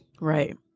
Right